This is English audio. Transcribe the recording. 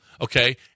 okay